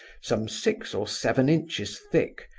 some six or seven inches thick,